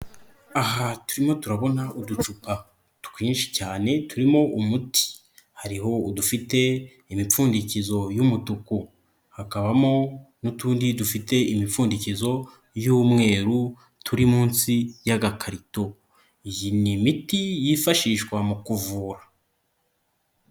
Aha turimo turabona uducupa twinshi cyane turimo umuti, hariho udufite imipfundikizo y'umutuku, hakabamo n'utundi dufite imipfundikizo y'umweru turi munsi y'agakarito, iyi ni imiti yifashishwa mu kuvura.